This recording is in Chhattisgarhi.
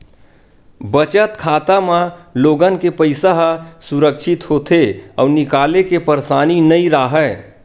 बचत खाता म लोगन के पइसा ह सुरक्छित होथे अउ निकाले के परसानी नइ राहय